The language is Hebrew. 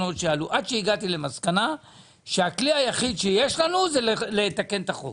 עד שהגעתי למסקנה שהכלי היחיד שיש לנו הוא לתקן את החוק.